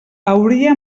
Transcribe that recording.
hauria